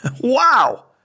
Wow